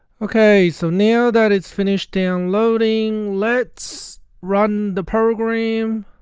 ok so now that it's finished downloading let's run the program